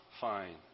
fine